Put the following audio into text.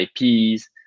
IPs